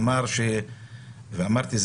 כפי שאמרתי,